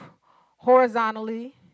horizontally